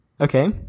Okay